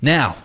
Now